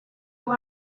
pour